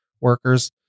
workers